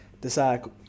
decide